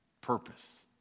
Purpose